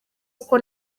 kuko